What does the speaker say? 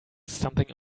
something